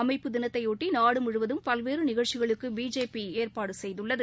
அமைப்பு தினத்தையொட்டி நாடு முழுவதும் பல்வேறு நிகழ்ச்சிகளுக்கு பிஜேபி ஏற்பாடு செய்துள்ளது